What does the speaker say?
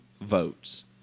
votes